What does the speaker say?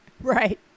Right